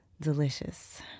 Delicious